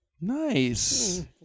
Nice